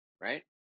right